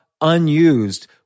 unused